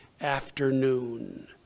afternoon